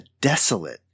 desolate